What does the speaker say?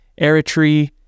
Eritrea